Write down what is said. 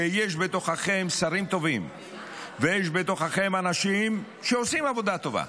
שיש בתוככם שרים טובים ויש בתוככם אנשים שעושים עבודה טובה,